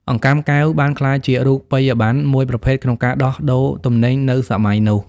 អង្កាំកែវ បានក្លាយជារូបិយប័ណ្ណមួយប្រភេទក្នុងការដោះដូរទំនិញនៅសម័យនោះ។